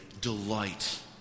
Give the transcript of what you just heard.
delight